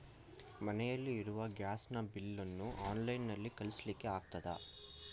ಮನೆಯಲ್ಲಿ ಇರುವ ಗ್ಯಾಸ್ ನ ಬಿಲ್ ನ್ನು ಆನ್ಲೈನ್ ನಲ್ಲಿ ಕಳಿಸ್ಲಿಕ್ಕೆ ಆಗ್ತದಾ?